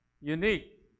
unique